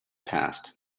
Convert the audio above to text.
passed